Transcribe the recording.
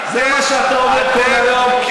זה מה שאתה אומר כל היום,